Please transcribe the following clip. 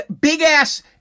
big-ass